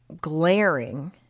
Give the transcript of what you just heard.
glaring